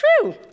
true